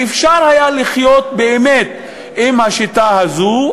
ואפשר היה לחיות באמת עם השיטה הזו,